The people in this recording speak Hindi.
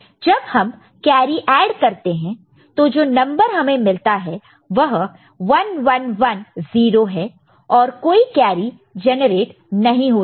जब हम कैरी ऐड करते हैं तो जो नंबर हमें मिलता है वह 1110 है और कोई कैरी जेनरेट नहीं होता है